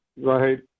right